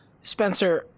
Spencer